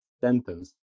sentence